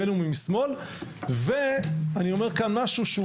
בין אם הוא משמאל ואני אומר כאן משהו שהוא